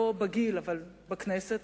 לא בגיל אבל בכנסת,